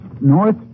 North